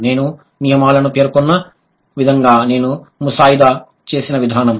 నేను నియమాలను పేర్కొన్న విధంగా నేను ముసాయిదా చేసిన విధానం